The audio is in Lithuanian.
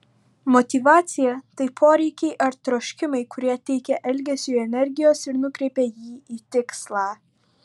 motyvacija tai poreikiai ar troškimai kurie teikia elgesiui energijos ir nukreipia jį į tikslą